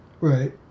Right